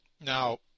Now